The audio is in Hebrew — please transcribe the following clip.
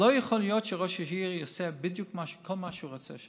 לא יכול להיות שראש עיר יעשה שם כל מה שהוא רוצה.